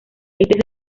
este